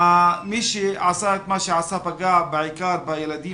מי שעשה את מה שעשה פגע בעיקר בילדים